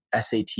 SAT